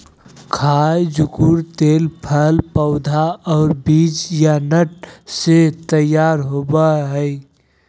खाय जुकुर तेल फल पौधा और बीज या नट से तैयार होबय हइ